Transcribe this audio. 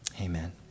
Amen